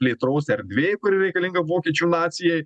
plėtros erdvė kuri reikalinga vokiečių nacijai